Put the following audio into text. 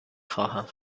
خواهم